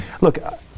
look